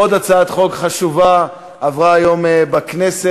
עוד הצעת חוק חשובה עברה היום בכנסת.